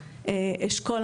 ערביות,